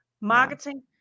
marketing